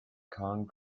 kong